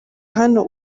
hano